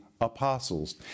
apostles